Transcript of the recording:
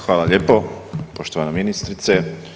Hvala lijepo poštovana ministrice.